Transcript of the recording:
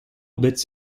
bits